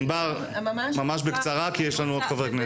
ענבר, ממש בקצרה, כי יש לנו עוד חברי כנסת.